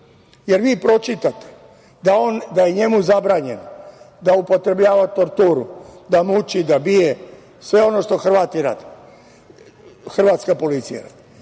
jer vi pročitate da je njemu zabranjeno da upotrebljava torturu, da muči, da bije, sve ono što Hrvati rade, hrvatska policija, da